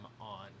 on